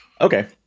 okay